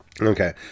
Okay